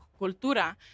cultura